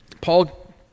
Paul